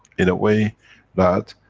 in a way that,